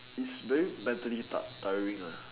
it's very mentally tough tiring lah